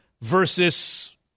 versus